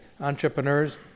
entrepreneurs